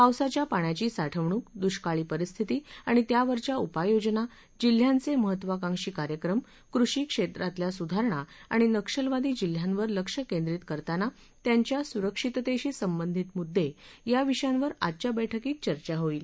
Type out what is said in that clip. पावसाच्या पाण्याची साठवणूक दुष्काळी परिस्थिती आणि त्यावरच्या उपाययोजना जिल्ह्यांचे महत्त्वांकाक्षी कार्यक्रम कृषि क्षेत्रातल्या सुधारणा आणि नक्षलवादी जिल्ह्यांवर लक्ष केंद्रीत करताना त्यांच्या सुरक्षितेशी संबंधित मुद्दे याविषयांवर आजच्या बैठकीत चर्चा होईल